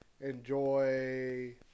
enjoy